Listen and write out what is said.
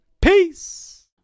Peace